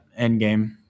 Endgame